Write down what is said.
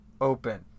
Open